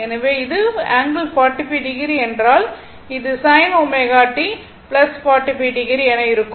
எனவே இது ∠45o என்றால் அது sin ω t 45o என இருக்கும்